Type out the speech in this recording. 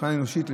מבחינה אנושית,